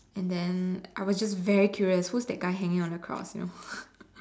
and then I was just very curious who is that guy hanging on cross you know